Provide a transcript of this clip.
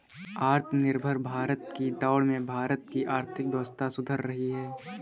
आत्मनिर्भर भारत की दौड़ में भारत की आर्थिक व्यवस्था सुधर रही है